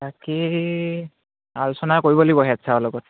বাকী আলোচনা কৰিব লাগিব হেড ছাৰৰ লগত